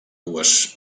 dues